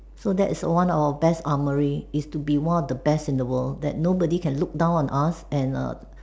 so that's one of our best armory is to be one of the best in the world that nobody can look down on us and er